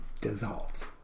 dissolves